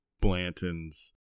Blanton's